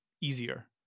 easier